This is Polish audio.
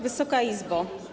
Wysoka Izbo!